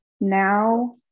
now